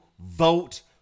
vote